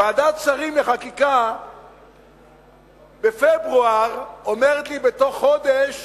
ועדת שרים לחקיקה בפברואר אומרת לי: בתוך חודש